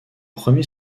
premier